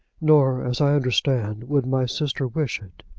nor, as i understand, would my sister wish it.